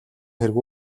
хэрэг